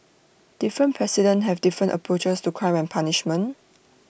different presidents have different approaches to crime and punishment